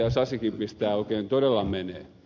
sasikin pistää oikein todella menemään